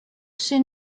she